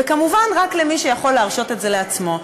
וכמובן רק מי שיכול להרשות את זה לעצמו.